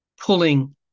pulling